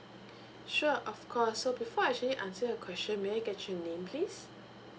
sure of course so before I actually answer your question may I get your name please